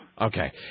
Okay